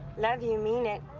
love you, mean it.